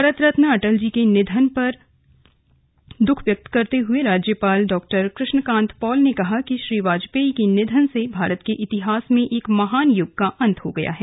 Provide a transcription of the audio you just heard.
भारत रत्न अटल जी के निधन पर दुःख व्यक्त करते हुए राज्यपाल डॉ कृष्ण कांत पॉल ने कहा कि श्री वाजपेयी के निधन से भारत के इतिहास में एक महान युग का अंत हो गया है